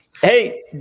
Hey